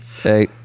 Hey